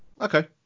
Okay